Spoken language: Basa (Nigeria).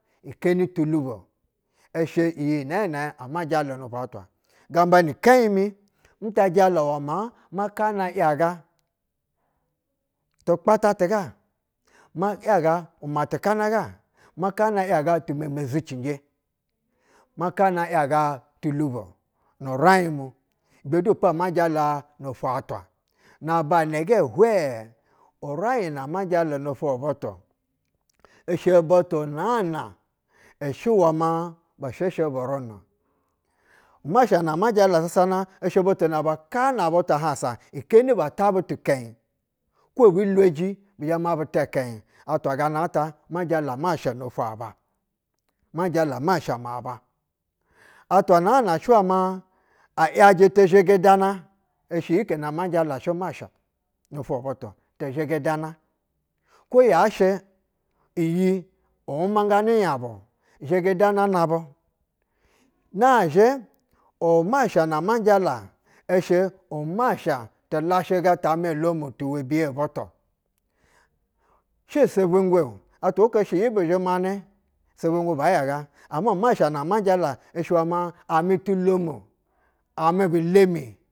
Ikeni tulubo ishɛ iyi nɛɛ ama jala nofwo atwa. Gamba ni kɛnyi nii nta jala wɛ maa ma kana ijaga tukpata tiga, ma yaga kmatikana ga, ma kana yaga timeme zucinje, makana yaga tulubo nu raiɧ mu ibɛ dupo ama. Jala nofwo atwa. Na ba inɛgɛ hwɛɛ, uraiɧ na ama jala nofwo butu ishɛ butu naa na ishɛ wɛ ma bu shɛ shɛ bu runa o. Umasha ma jala sasana ishɛ butu na ba ka ana butu a hansa keni bata butu kɛnyi kwo ebu iweji bizhɛ na ta ikɛnyi atwa ga na ta ma jala nofwo ba, ma jala ma sha ma ba. Atwa naa ne shɛ wɛ ma a yajɛ tizhigi dana ishɛ yike nɛ ama jala shɛ masha mofwo butu tizhigida kwu yashɛ iyi uwumanganɛ nyabu, zhigidananabu. Nazhɛ umasha na ma jala i shɛ umasha, tu lashiga ta amɛ-olomu tu webiye butu, shɛ sɛbwɛngwɛ-o. atwa ko shɛ yi bu zhɛmanɛ, sɛbwɛngwɛ ba ‘yaga. Ama masha na ma jala shɛ wɛ ma, amɛ tu lomo, amɛ bi lemi.